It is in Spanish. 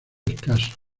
escaso